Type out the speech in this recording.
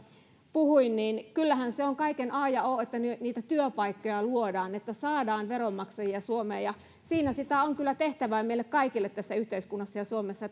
puhuin niin kyllähän se on kaiken a ja o että niitä työpaikkoja luodaan että saadaan veronmaksajia suomeen siinä sitä on kyllä tehtävää meille kaikille tässä yhteiskunnassa ja suomessa